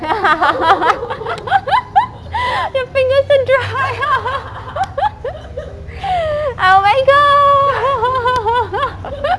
your fingers are dry oh my god